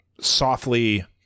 softly